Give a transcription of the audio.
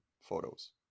photos